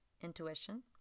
intuition